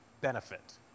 benefit